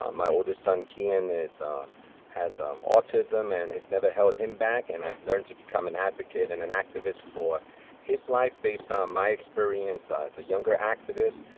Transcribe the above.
um my oldest son keyan has um autism and has never held him back. and i've learned to become an advocate and an activist for his life based on my experience ah as a younger activist.